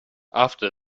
after